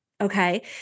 Okay